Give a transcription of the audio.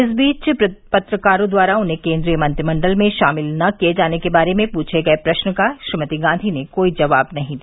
इस बीच पत्रकारों द्वारा उन्हें केन्द्रीय मंत्रिमंडल में शामिल न किये जाने के बारे में पूछे गये प्रश्न का श्रीमती गांधी ने कोई जवाब नहीं दिया